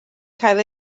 cael